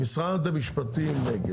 משרד המשפטים נגד.